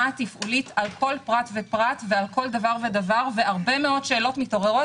התפעולית על כל פרט ופרט ועל כל דבר ודבר והרבה מאוד שאלות מתעוררות.